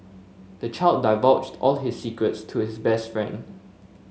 the child divulged all his secrets to his best friend